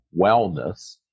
wellness